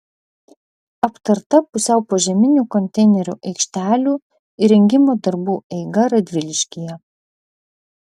aptarta pusiau požeminių konteinerių aikštelių įrengimo darbų eiga radviliškyje